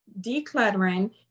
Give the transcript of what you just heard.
decluttering